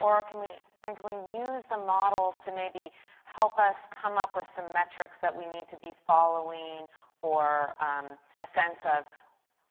um can we and we use the models to maybe help us come up with some metrics that we need to be following or a sense of